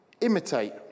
Imitate